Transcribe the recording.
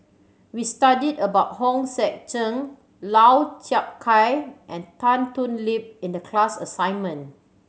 we studied about Hong Sek Chern Lau Chiap Khai and Tan Thoon Lip in the class assignment